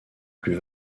plus